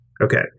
Okay